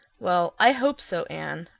well, i hope so, anne.